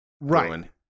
right